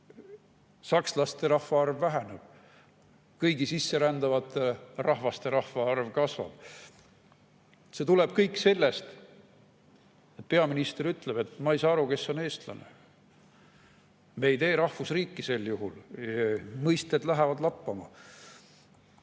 sakslastel rahvaarv väheneb, kuid kõigil sisserännanud rahvastel rahvaarv kasvab. See tuleb kõik sellest, et peaminister ütleb, et ta ei saa aru, kes on eestlane. Me ei [ehita] sel juhul rahvusriiki. Mõisted lähevad lappama.